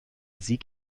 sieg